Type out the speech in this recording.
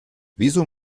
wieso